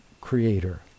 creator